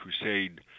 crusade